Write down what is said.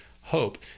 hope